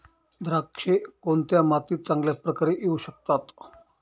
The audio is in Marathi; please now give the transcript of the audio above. द्राक्षे कोणत्या मातीत चांगल्या प्रकारे येऊ शकतात?